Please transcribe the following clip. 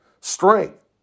strength